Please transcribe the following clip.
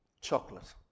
chocolate